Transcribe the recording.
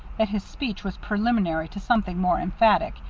that his speech was preliminary to something more emphatic,